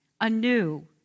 anew